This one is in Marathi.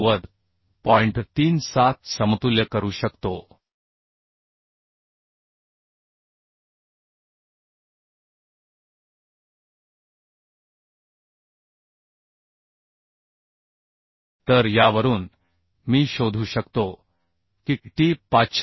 37 समतुल्य करू शकतो तर यावरून मी शोधू शकतो की टी 539